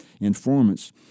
informants